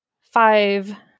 five